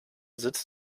sitz